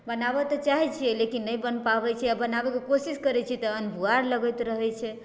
बनाबऽके तऽ चाहै छिऐ लेकिन नहि बन पाबै छै आ बनाबेके कोशिश करै छिऐ तऽ अनभुआर लगैत रहै छै